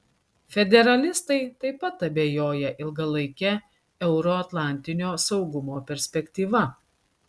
federalistai taip pat abejoja ilgalaike euroatlantinio saugumo perspektyva